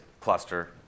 cluster